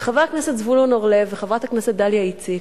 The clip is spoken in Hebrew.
וחבר הכנסת זבולון אורלב וחברת הכנסת דליה איציק,